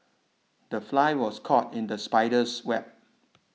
the fly was caught in the spider's web